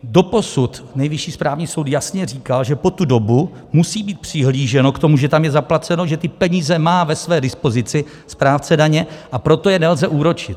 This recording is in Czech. Doposud Nejvyšší správní soud jasně říkal, že po tu dobu musí být přihlíženo k tomu, že tam je zaplaceno, že ty peníze má ve své dispozici správce daně, a proto je nelze úročit.